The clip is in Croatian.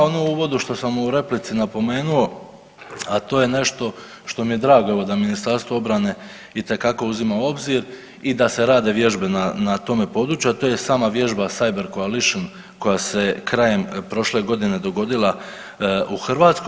Ono u uvodu, što sam u replici napomenu, a to je nešto što mi je drago evo da Ministarstvo obrane itekako uzima u obzir i da se rade vježbe na, na tome području, a to je sama vježba Cyber Coalition koja je se krajem prošle godine dogodila u Hrvatskoj.